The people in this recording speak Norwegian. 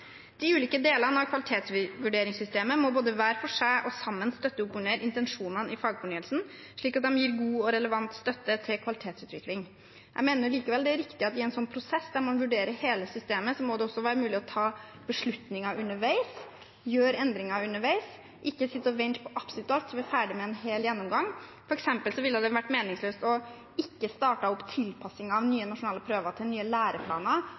De ulike delene av kvalitetsvurderingssystemet må både hver for seg og sammen støtte opp under intensjonene i fagfornyelsen, slik at de gir god og relevant støtte til kvalitetsutvikling. Jeg mener likevel det er riktig at i en prosess der man vurderer hele systemet, må det også være mulig å ta beslutninger underveis, gjøre endringer underveis, og ikke sitte og vente på absolutt alt før vi er ferdig med en hel gjennomgang. For eksempel ville det vært meningsløst å ikke starte opp tilpasning av nye nasjonale prøver til nye læreplaner,